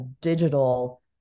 digital